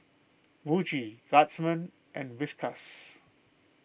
Muji Guardsman and Whiskas